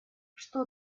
что